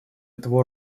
этого